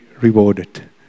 rewarded